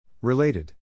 Related